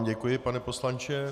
Děkuji vám, pane poslanče.